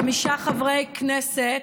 חמישה חברי כנסת,